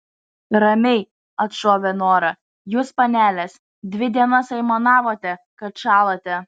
ramiai atšovė nora jūs panelės dvi dienas aimanavote kad šąlate